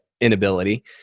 inability